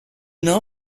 know